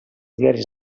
diaris